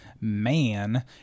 man